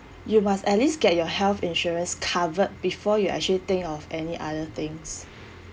you must at least get your health insurance covered before you actually think of any other things